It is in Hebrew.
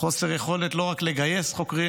חוסר יכולת לא רק לגייס חוקרים,